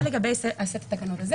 זה לגבי סט התקנות הזה.